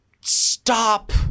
Stop